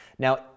Now